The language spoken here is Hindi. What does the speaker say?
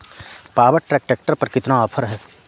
पावर ट्रैक ट्रैक्टर पर कितना ऑफर है?